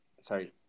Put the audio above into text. sorry